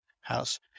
house